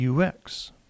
UX